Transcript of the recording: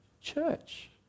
church